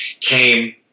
came